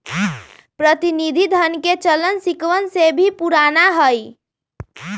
प्रतिनिधि धन के चलन सिक्कवन से भी पुराना हई